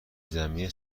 زمینی